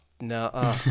No